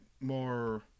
more